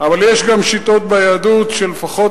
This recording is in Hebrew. אבל יש גם שיטות ביהדות שלפיהן לפחות